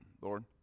Lord